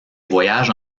voyages